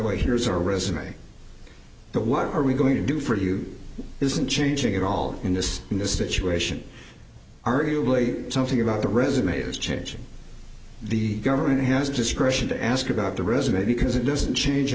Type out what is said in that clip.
way here's a resume the what are we going to do for you isn't changing at all in this in this situation arguably something about the resumes changing the government has discretion to ask about the resume because it doesn't change